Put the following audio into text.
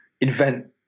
invent